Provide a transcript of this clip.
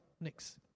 Next